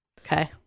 Okay